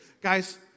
Guys